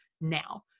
now